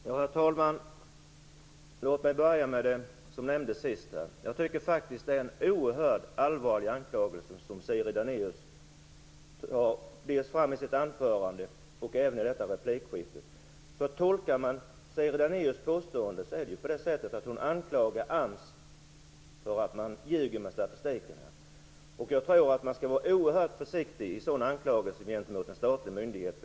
Herr talman! Låt mig börja med det som nämndes sist. Jag tycker faktiskt att det är en oerhört allvarlig anklagelse som Siri Dannaeus för fram dels i sitt anförande, dels i detta replikskifte. Tolkar man Siri Dannaeus påstående anklagar hon faktiskt AMS för att ljuga med statistiken. Jag tror att man skall vara oerhört försiktig med sådana anklagelser gentemot en statlig myndighet.